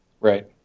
Right